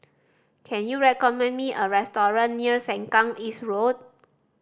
can you recommend me a restaurant near Sengkang East Road